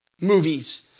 movies